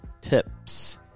tips